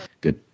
Good